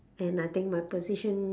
and I think my position